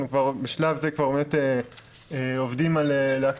אנחנו בשלב זה כבר עובדים על להקצות